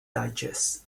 digest